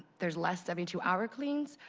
there's less seventy two hour cleans,